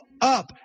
up